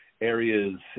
areas